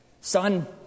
Son